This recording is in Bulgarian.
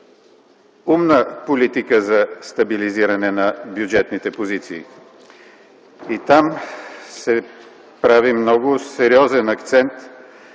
„Умна политика за стабилизиране на бюджетните позиции” и там се поставя много сериозен акцент